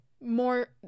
more